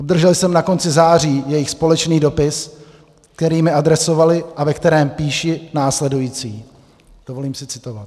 Obdržel jsem na konci září jejich společný dopis, který mi adresovali a ve kterém píší následující dovolím si citovat: